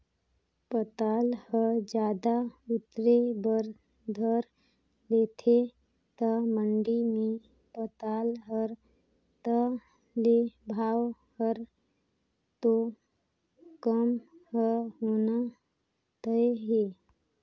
पताल ह जादा उतरे बर धर लेथे त मंडी मे पताल हर ताह ले भाव हर तो कम ह होना तय हे